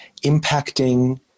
impacting